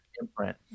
imprint